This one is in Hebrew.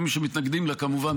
ומי שמתנגדים לה כמובן,